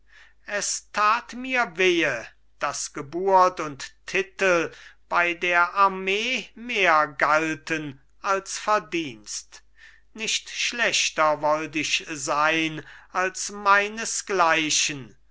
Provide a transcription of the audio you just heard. es tat mir wehe daß geburt und titel bei der armee mehr galten als verdienst nicht schlechter wollt ich sein als meinesgleichen